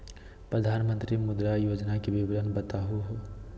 प्रधानमंत्री मुद्रा योजना के विवरण बताहु हो?